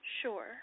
Sure